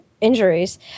injuries